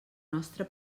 nostra